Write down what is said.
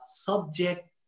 Subject